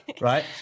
right